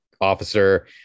officer